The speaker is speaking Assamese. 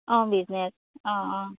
অঁ বিজনেছ অঁ অঁ